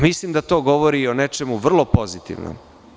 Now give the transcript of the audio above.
Mislim da to govori o nečemu vrlo pozitivnom.